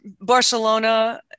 Barcelona